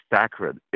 sacred